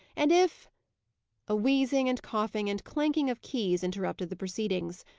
and if a wheezing and coughing and clanking of keys interrupted the proceedings.